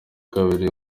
kabiri